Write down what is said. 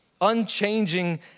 unchanging